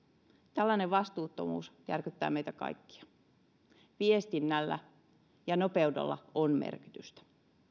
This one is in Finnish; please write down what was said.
tällainen vastuuttomuus järkyttää meitä kaikkia viestinnällä ja nopeudella on merkitystä